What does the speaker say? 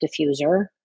diffuser